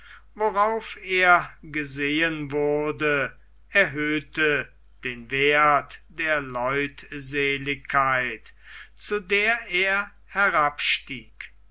worauf er gesehen wurde erhöhte den werth der leutseligkeit zu der er